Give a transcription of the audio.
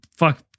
Fuck